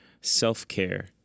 self-care